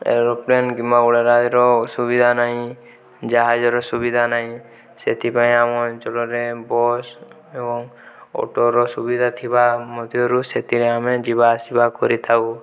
aeroplane କିମ୍ବା ଉଡ଼ାଜାହାଜର ସୁବିଧା ନାହିଁ ଜାହାଜର ସୁବିଧା ନାହିଁ ସେଥିପାଇଁ ଆମ ଅଞ୍ଚଳରେ ବସ୍ ଏବଂ ଅଟୋର ସୁବିଧା ଥିବା ମଧ୍ୟରୁ ସେଥିରେ ଆମେ ଯିବା ଆସିବା କରିଥାଉ